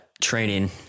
training